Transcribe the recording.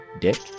dick